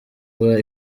iba